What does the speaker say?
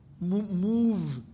move